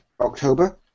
October